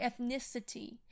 ethnicity